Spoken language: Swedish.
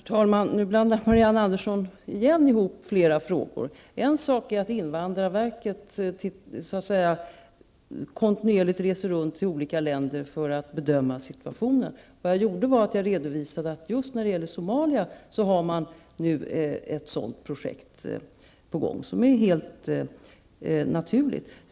Herr talman! Nu blandar Marianne Andersson igen ihop flera frågor. En sak är att invandrarverkets representanter kontinuerligt reser runt i olika länder för att kunna bedöma situationen. Jag redovisade ju att man nu har ett sådant projekt på gång också när det gäller Somalia, och det är helt naturligt.